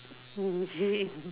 okay mm